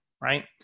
right